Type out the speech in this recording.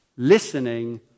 Listening